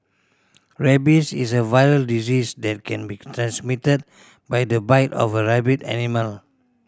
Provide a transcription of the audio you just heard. rabies is a viral disease that can be transmitted by the bite of a rabid animal